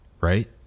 right